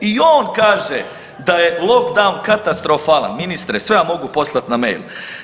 I on kaže da je lockdown katastrofalan, ministre sve vam mogu poslati na mail.